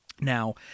Now